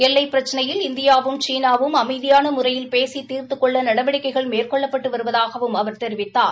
எல்லைப் பிரச்சினையில் இந்தியா சீனாவும் அமைதியான முறையில் பேசி தீர்த்துக் கொள்ள நடவடிக்கைகள் மேற்கொள்ளப்பட்டு வருவதாகவும் அவர் தெரிவித்தார்